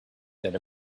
that